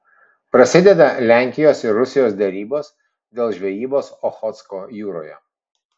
prasideda lenkijos ir rusijos derybos dėl žvejybos ochotsko jūroje